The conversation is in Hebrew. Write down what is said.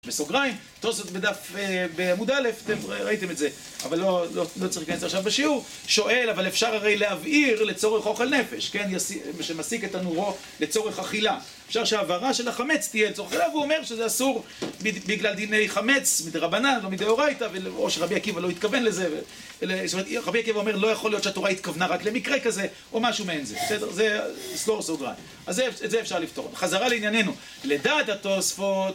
בסוגריים, תוספות בדף... בעמוד א', אתם ראיתם את זה, אבל לא צריך להיכנס עכשיו בשיעור. שואל, אבל אפשר הרי להבהיר לצורך אוכל נפש, כן, שמסיק את תנורו לצורך אכילה. אפשר שהעברה של החמץ תהיה לצורך אכילה, והוא אומר שזה אסור בגלל דיני חמץ, מדי רבנן, לא מדיאורייתא, או שרבי עקיבא לא התכוון לזה. רבי עקיבא אומר, לא יכול להיות שהתורה התכוונה רק למקרה כזה, או משהו מעין זה, בסדר? זה סגור סוגריים. אז את זה אפשר לפתור. חזרה לעניינינו, לדעת התוספות...